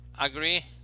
Agree